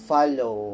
Follow